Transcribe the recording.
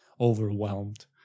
overwhelmed